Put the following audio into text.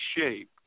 shape